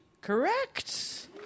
Correct